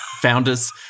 founders